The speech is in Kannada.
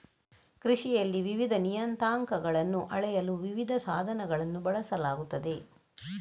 ಕೃಷಿಯಲ್ಲಿ ವಿವಿಧ ನಿಯತಾಂಕಗಳನ್ನು ಅಳೆಯಲು ವಿವಿಧ ಸಾಧನಗಳನ್ನು ಬಳಸಲಾಗುತ್ತದೆ